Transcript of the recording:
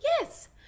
Yes